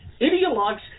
Ideologues